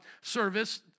service